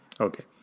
Okay